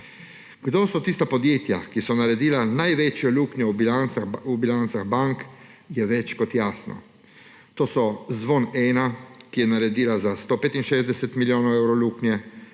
Kdo so tista podjetja, ki so naredila največjo luknjo v bilancah bank, je več kot jasno. To so Zvon Ena, ki je naredil za 165 milijonov evrov luknje,